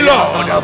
Lord